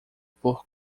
por